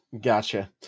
gotcha